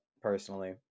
personally